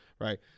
Right